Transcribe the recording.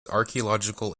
archaeological